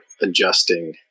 adjusting